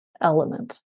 element